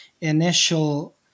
initial